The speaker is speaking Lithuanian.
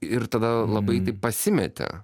ir tada labai taip pasimeti